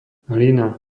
hlina